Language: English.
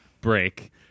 break